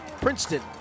Princeton